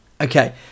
Okay